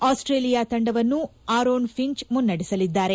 Australia ತೆಂಡವನ್ನು Aaron Finch ಮುನ್ನೆ ಡೆಸಲಿದ್ದಾರೆ